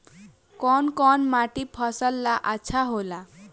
कौन कौनमाटी फसल ला अच्छा होला?